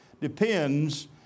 depends